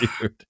dude